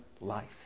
life